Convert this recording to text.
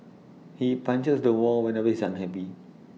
he punches the wall whenever he is unhappy